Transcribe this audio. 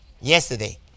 yesterday